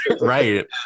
right